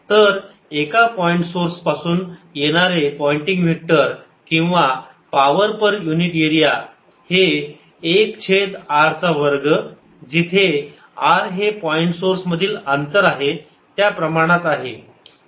तर एका point source पासून येणारे पॉइंटिंग व्हेक्टर किंवा पावर पर युनिट एरिया हे 1 छेद r चा वर्ग जिथे r हे पॉईंट सोर्स मधील अंतर आहे त्या प्रमाणात आहे